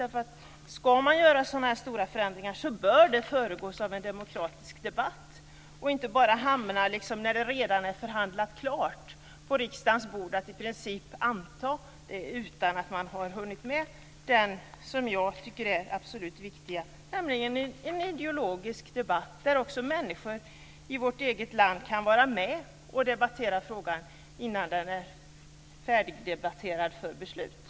Om man ska göra sådana här stora förändringar så bör sådana förslag föregås av en demokratisk och ideologisk debatt, där människor i vårt eget land kan delta, så att förslagen inte bara hamnar på riksdagens bord för beslut när de redan är färdigförhandlade.